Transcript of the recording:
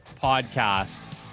Podcast